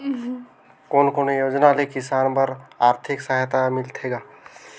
कोन कोन योजना ले किसान बर आरथिक सहायता मिलथे ग?